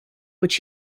which